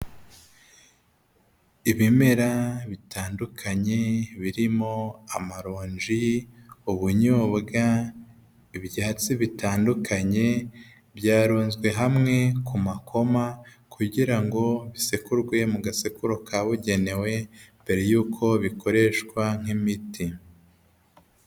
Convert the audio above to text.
Ibimera bitandukanye birimo amaronji, ubunyobwa, ibyatsi bitandukanye, byaruzwe hamwe ku makoma kugira ngo bisekurwe mu gasekuro kabugenewe mbere y'uko bikoreshwa nk'imiti.